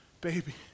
Baby